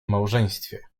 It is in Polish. małżeństwie